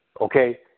okay